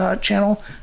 channel